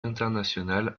international